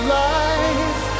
life